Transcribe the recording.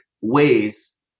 ways